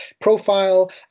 profile